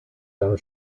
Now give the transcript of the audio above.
deinem